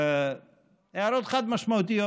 הערות חד-משמעיות: